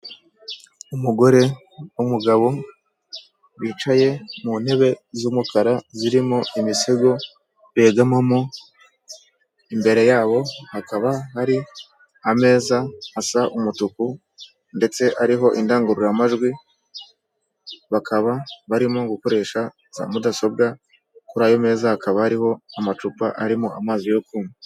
Umugore w'umugabo wicaye mu ntebe z'umukara zirimo imisego begamamo, imbere yabo hakaba hari ameza asa umutuku ndetse ariho indangururamajwi, bakaba barimo gukoresha za mudasobwa kuri ayo meza hakaba hariho amacupa arimo amazi yo kunywa.